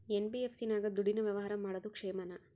NBFC ನಾಗ ದುಡ್ಡಿನ ವ್ಯವಹಾರ ಮಾಡೋದು ಕ್ಷೇಮಾನ?